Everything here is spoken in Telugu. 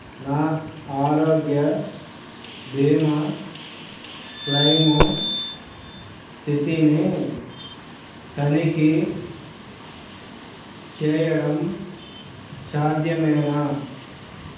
నా ఆరోగ్య బీమా క్లెయిము స్థితిని తనిఖీ చేయడం సాధ్యమేనా